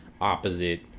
opposite